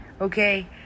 Okay